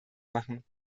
machen